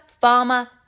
Farmer